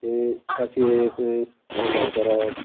ते कशें हेंडल करोप